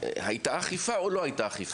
הייתה אכיפה או לא הייתה אכיפה?